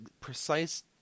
precise